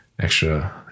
extra